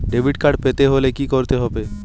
Debit card পেতে হলে কি করতে হবে?